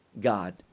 God